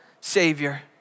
savior